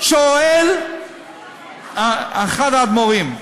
שואל אחד האדמו"רים: